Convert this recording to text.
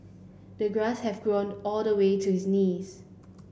the grass had grown all the way to his knees